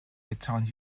midtown